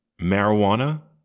marijuana,